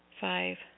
Five